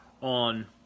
on